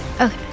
Okay